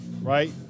right